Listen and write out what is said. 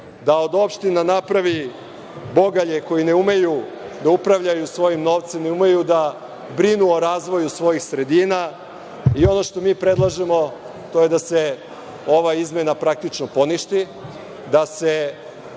da od opština napravi bogalje koji ne umeju da upravljaju svojim novcem, ne umeju da brinu o razvoju svojih sredina. Ovo što mi predlažemo to je da se ova izmena praktično poništi, da se